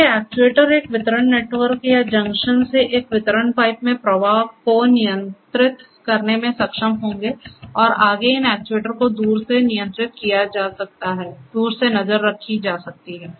तो ये एक्ट्यूएटर एक वितरण नेटवर्क या एक जंक्शन से एक वितरण पाइप में प्रवाह को नियंत्रित करने में सक्षम होंगे और आगे इन एक्ट्यूएटर को दूर से नियंत्रित किया जा सकता है दूर से नजर रखी जा सकती है